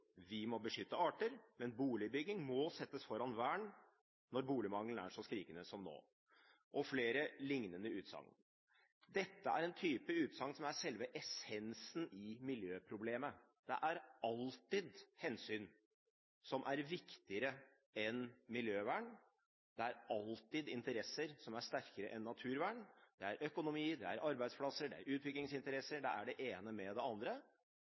vi må beskytte utsatte arter i naturen, men boligbygging må settes foran vern når boligmangelen er så skrikende som i dag.» Det er også flere liknende utsagn. Dette er en type utsagn som er selve essensen i miljøproblemet. Det er alltid hensyn som er viktigere enn miljøvern. Det er alltid interesser som er sterkere enn naturvern. Det er økonomi, det er arbeidsplasser, det er utbyggingsinteresser, det er det ene med det andre.